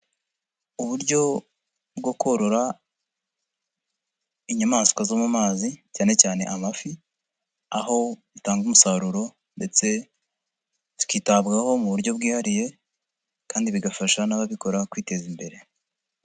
Uburyo bwo korora inyamaswa zo mu mazi cyane cyane amafi aho zitanga umusaruro ndetse zikitabwaho mu buryo bwihariye kandi bigafasha n'ababikora kwiteza imbere.